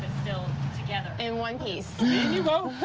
you know yeah and in one piece. me and you both.